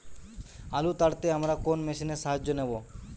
আলু তাড়তে আমরা কোন মেশিনের সাহায্য নেব?